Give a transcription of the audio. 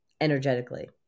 energetically